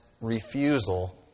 refusal